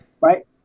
Right